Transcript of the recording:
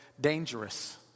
dangerous